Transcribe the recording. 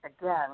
again